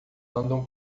andam